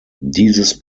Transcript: dieses